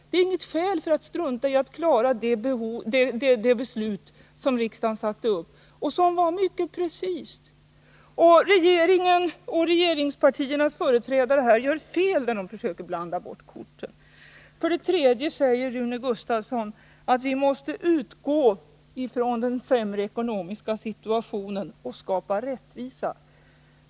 Det är inget skäl att strunta i att verkställa det beslut som riksdagen fattat och som var mycket precist. Regeringen och regeringspartiernas företrädare gör fel när de försöker blanda bort korten. För det tredje säger Rune Gustavsson att vi måste utgå ifrån den försämrade ekonomiska situationen och skapa rättvisa.